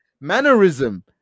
mannerism